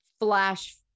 flash